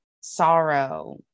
sorrow